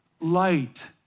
light